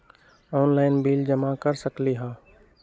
Online bill जमा कर सकती ह?